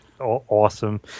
awesome